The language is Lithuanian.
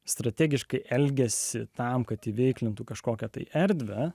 strategiškai elgiasi tam kad įveiklintų kažkokią tai erdvę